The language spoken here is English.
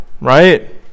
right